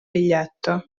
biglietto